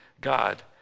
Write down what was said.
God